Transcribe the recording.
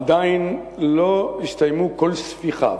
עדיין לא הסתיימו כל ספיחיו.